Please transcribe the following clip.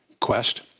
quest